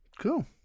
Cool